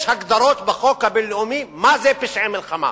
יש הגדרות בחוק הבין-לאומי מה זה פשע מלחמה.